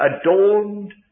adorned